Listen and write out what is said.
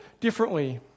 differently